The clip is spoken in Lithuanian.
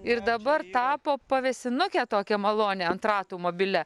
ir dabar tapo pavėsinuke tokia malonia ant ratų mobilia